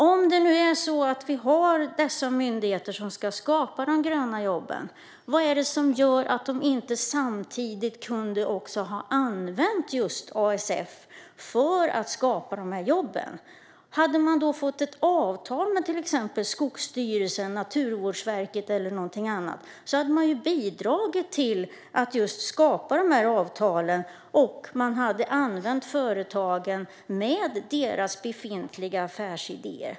Om vi nu har dessa myndigheter som ska skapa de gröna jobben, vad är det som gör att de inte samtidigt kunde ha använt just ASF för att skapa jobben? Hade företagen fått ett avtal med till exempel Skogsstyrelsen, Naturvårdsverket eller något annat hade man ju bidragit till att just skapa dessa avtal - och man hade använt företagen med deras befintliga affärsidéer.